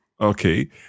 Okay